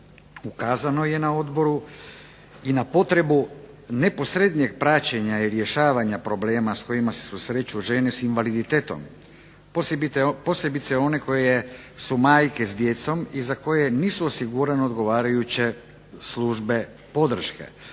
Ukazano je na odboru i na potrebu neposrednijeg praćenja i rješavanja problema s kojima se susreću žene s invaliditetom, posebice one koje su majke s djecom i za koje nisu osigurane odgovarajuće službe podrške.